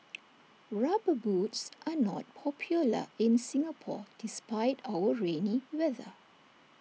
rubber boots are not popular in Singapore despite our rainy weather